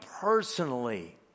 personally